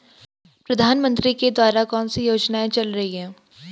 प्रधानमंत्री के द्वारा कौनसी योजनाएँ चल रही हैं?